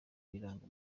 iranga